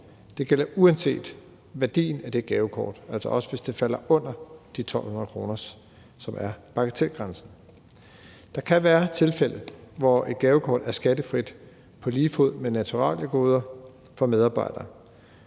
Det gælder uanset værdien af det gavekort, altså også hvis det falder under de 1.200 kr., som er af bagatelgrænsen. Der kan være tilfælde, hvor et gavekort er skattefrit på lige fod med naturaliegoder for medarbejdere,